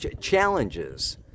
challenges